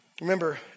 Remember